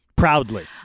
proudly